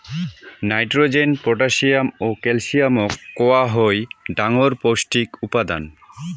nitrogen, potassium ও ক্যালসিয়ামক কওয়া হই ডাঙর পৌষ্টিক উপাদান